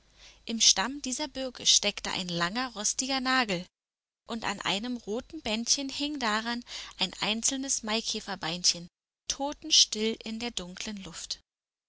im stamm dieser birke steckte ein langer rostiger nagel und an einem roten bändchen hing daran ein einzelnes maikäferbeinchen totenstill in der dunklen luft